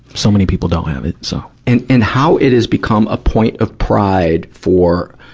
so many people don't have it. so and, and how it is become a point of pride for,